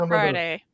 Friday